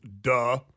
Duh